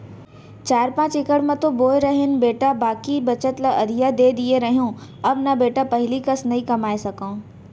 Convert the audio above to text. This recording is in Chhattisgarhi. चार पॉंच इकड़ म तो बोए रहेन बेटा बाकी बचत ल अधिया दे दिए रहेंव अब न बेटा पहिली कस नइ कमाए सकव